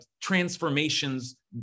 transformations